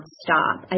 stop